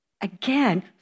Again